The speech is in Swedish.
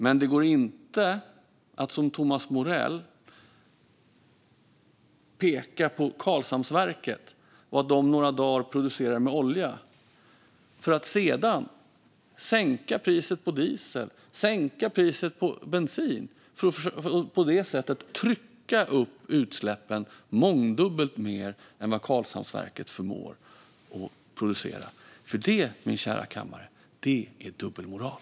Men det går inte att som Thomas Morell peka på Karlshamnsverket och att det några dagar producerar med olja för att sedan sänka priset på diesel och bensin och på det sättet trycka upp utsläppen mångdubbelt mer än vad Karlshamnsverket förmår att producera. Det, min kära kammare, är dubbelmoral.